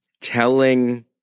Telling